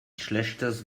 schlechtes